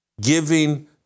giving